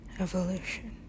evolution